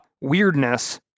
weirdness